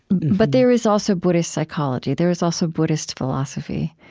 but there is also buddhist psychology. there is also buddhist philosophy.